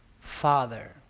father